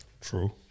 True